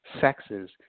sexes